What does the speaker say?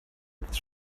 etwas